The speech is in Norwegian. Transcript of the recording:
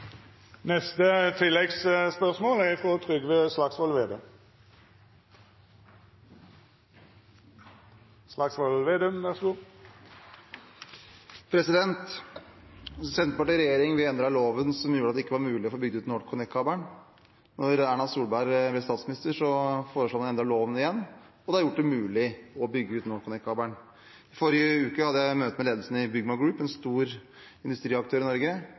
Trygve Slagsvold Vedum – til oppfølgingsspørsmål. Senterpartiet i regjering endret loven og gjorde at det ikke var mulig å få bygd ut NorthConnect-kabelen. Da Erna Solberg ble statsminister, foreslo man å endre loven igjen, og det har gjort det mulig å bygge ut NorthConnect-kabelen. I forrige uke hadde jeg et møte med ledelsen i Byggma Group, en stor industriaktør i Norge.